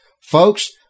Folks